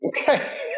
Okay